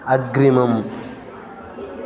अग्रिमम्